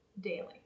daily